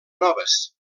noves